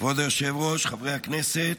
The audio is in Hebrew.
כבוד היושב-ראש, חברי הכנסת,